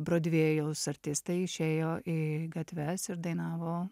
brodvėjaus artistai išėjo į gatves ir dainavo